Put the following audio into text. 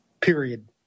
period